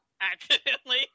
accidentally